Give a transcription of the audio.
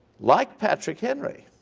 like patrick henry,